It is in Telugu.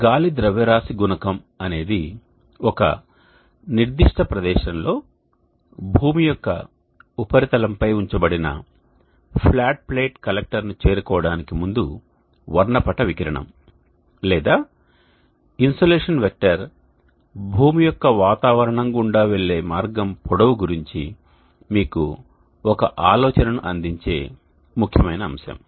గాలి ద్రవ్యరాశి గుణకం అనేది ఒక నిర్దిష్ట ప్రదేశంలో భూమి యొక్క ఉపరితలంపై ఉంచబడిన ఫ్లాట్ ప్లేట్ కలెక్టర్ను చేరుకోవడానికి ముందు వర్ణపట వికిరణం లేదా ఇన్సోలేషన్ వెక్టర్ భూమి యొక్క వాతావరణం గుండా వెళ్ళే మార్గం పొడవు గురించి మీకు ఒక ఆలోచనను అందించే ముఖ్యమైన అంశం